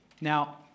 Now